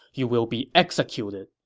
you will be executed.